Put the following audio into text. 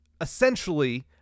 essentially